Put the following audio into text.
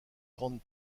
grande